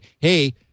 hey